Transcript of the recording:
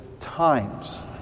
times